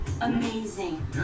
amazing